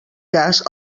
cas